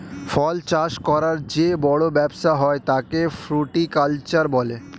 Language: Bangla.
ফল চাষ করার যে বড় ব্যবসা হয় তাকে ফ্রুটিকালচার বলে